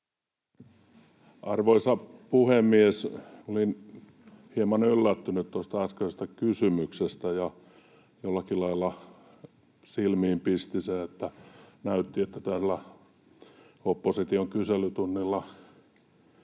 Arvoisa puhemies! Olin hieman yllättynyt tuosta äskeisestä kysymyksestä, ja jollakin lailla silmiin pisti se, että näytti, että tällä opposition kyselytunnilla